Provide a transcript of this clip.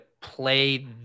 play